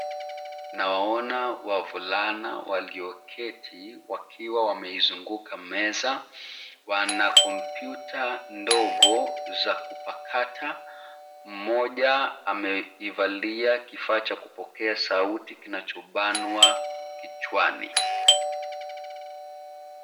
Nawaona wavulana walioketi wakiwa wameizunguka meza. Wana kompyuta ndogo za kupakata. Mmoja ameivalia kifaa cha kupokea sauti kinachobanwa kichwani.